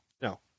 no